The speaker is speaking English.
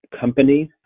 companies